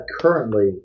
currently